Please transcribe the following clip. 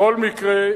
בכל מקרה,